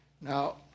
Now